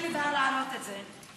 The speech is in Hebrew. אין לי בעיה להעלות את זה.